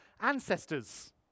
ancestors